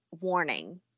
warning